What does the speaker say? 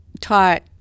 taught